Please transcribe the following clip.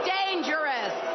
dangerous